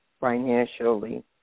financially